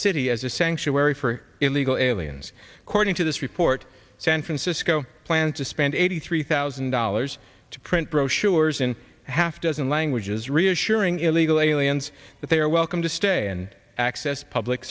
a sanctuary for illegal aliens according to this report san francisco plans to spend eighty three thousand dollars to print brochures in half dozen languages reassuring illegal aliens that they are welcome to stay and access public